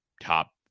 top